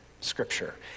Scripture